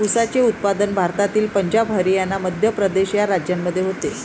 ऊसाचे उत्पादन भारतातील पंजाब हरियाणा मध्य प्रदेश या राज्यांमध्ये होते